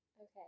okay